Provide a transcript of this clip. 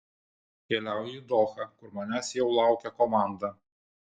keliauju į dohą kur manęs jau laukia komanda